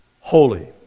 holy